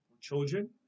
children